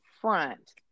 front